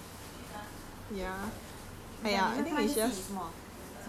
but 你们 is 什么什么吓到怕啊还是什么